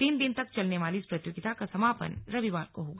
तीन दिन तक चलने वाली इस प्रतियोगिता का समापन रविवार को होगा